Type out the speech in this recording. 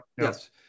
Yes